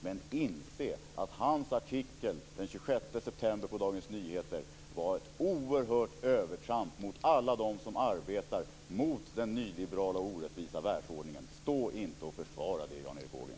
Men inse att hans artikel den 26 september i DN var ett oerhört övertramp på alla dem som arbetar mot den nyliberala orättvisa världsordningen. Stå inte och försvara det, Jag Erik Ågren!